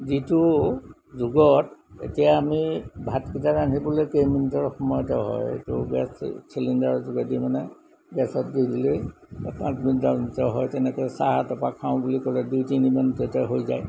যিটো যুগত এতিয়া আমি ভাতকেইটা ৰান্ধিবলৈ কেই মিনিটৰ সময়তে হয় এইটো গেছ চিলিণ্ডাৰৰ যোগেদি মানে গেছত দি দিলে পাঁচ মিনিটৰ ভিতৰত হয় তেনেকৈ চাহৰ এটুপা খাওঁ বুলি ক'লে দুই তিনি মিনিটতে হৈ যায়